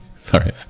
sorry